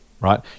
right